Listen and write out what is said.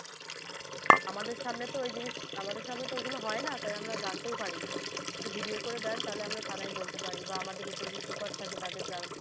আমাদের সামনে তো ওই জিনিস আমাদের সামনে তো ওগুলো হয় না তাই আমরা জানতেও পারি না যদি ভিডিও করে দেন তাহলে আমরা থানায় বলতে পারি বা আমাদের উপরে যে সুপার থাকে তাদের জানাতে